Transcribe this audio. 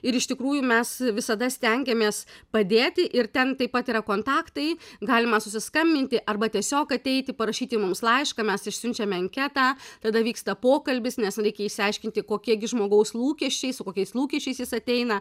ir iš tikrųjų mes visada stengiamės padėti ir ten taip pat yra kontaktai galima susiskambinti arba tiesiog ateiti parašyti mums laišką mes išsiunčiame anketą tada vyksta pokalbis nes reikia išsiaiškinti kokie gi žmogaus lūkesčiai su kokiais lūkesčiais jis ateina